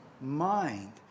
mind